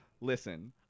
listen